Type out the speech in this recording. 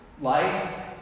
life